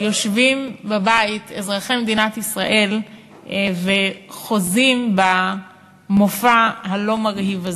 יושבים בבית אזרחי מדינת ישראל וחוזים במופע הלא-מרהיב הזה.